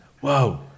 whoa